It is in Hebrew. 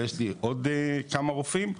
ויש לי עוד כמה רופאים.